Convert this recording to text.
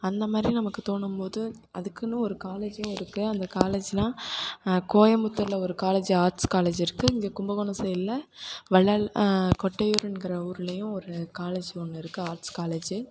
அந்தமாதிரி நமக்கு தோன்றும் போது அதுக்குன்னு ஒரு காலேஜும் இருக்கு அந்த காலேஜ் எல்லாம் கோயம்புத்தூரில் ஒரு காலேஜு ஆர்ட்ஸ் காலேஜ் இருக்கு இங்கே கும்பகோணம் சைடில் வள்ளல் கொட்டையூருங்கிற ஊர்லையும் ஒரு காலேஜ் ஒன்று இருக்கு ஆர்ட்ஸ் காலேஜு